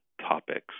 topics